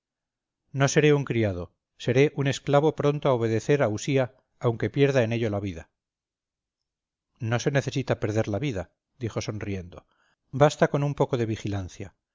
no seré un criado seré un esclavo pronto a obedecer a usía aunque pierda en ello la vida no se necesita perder la vida dijo sonriendo basta con un poco de vigilancia